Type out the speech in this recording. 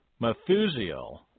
Methusiel